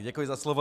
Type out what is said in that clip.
Děkuji za slovo.